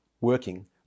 working